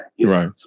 right